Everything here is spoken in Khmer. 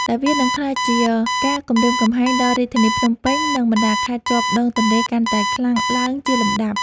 ដែលវានឹងក្លាយជាការគំរាមកំហែងដល់រាជធានីភ្នំពេញ និងបណ្តាខេត្តជាប់ដងទន្លេកាន់តែខ្លាំងឡើងជាលំដាប់។